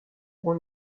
اون